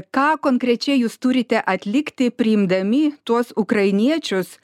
ką konkrečiai jūs turite atlikti priimdami tuos ukrainiečius